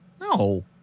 no